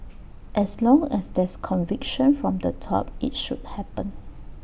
as long as there's conviction from the top IT should happen